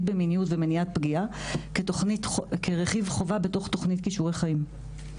במיניות ומניעת פגיעה כרכיב חובה בתוך תוכנית כישורי חיים.